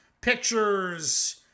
pictures